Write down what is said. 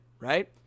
right